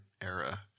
era